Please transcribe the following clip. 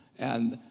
and